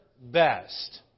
best